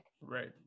right